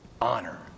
Honor